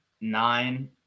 nine